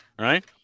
right